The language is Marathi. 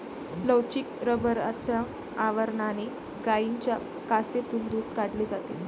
लवचिक रबराच्या आवरणाने गायींच्या कासेतून दूध काढले जाते